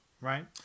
right